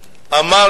הוא הכול יודע.